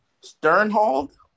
Sternhold